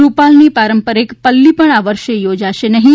રૂપાલની પારંપરિક પલ્લી પણ આ વર્ષ યોજાશે નહીં